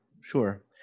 sure